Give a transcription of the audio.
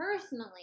personally